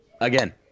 Again